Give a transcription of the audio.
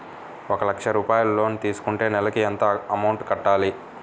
ఒక లక్ష రూపాయిలు లోన్ తీసుకుంటే నెలకి ఎంత అమౌంట్ కట్టాలి?